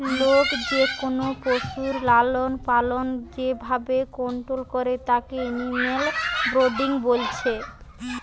লোক যেকোনো পশুর লালনপালন যে ভাবে কন্টোল করে তাকে এনিম্যাল ব্রিডিং বলছে